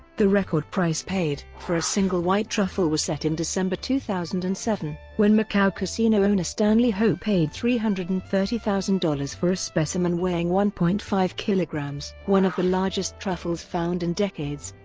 the record price paid for a single white truffle was set in december two thousand and seven, when macau casino owner stanley ho paid three hundred and thirty thousand dollars for a specimen weighing one point five kg. one of the largest truffles found in decades,